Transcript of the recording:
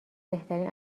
بهترین